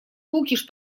кукиш